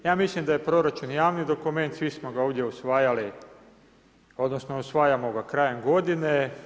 Ja mislim da je proračun javni dokument, svi smo ga ovdje usvajali odnosno usvajamo ga krajem godine.